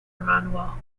manuel